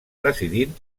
presidint